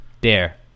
Dare